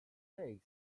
mistake